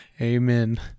Amen